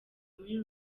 muri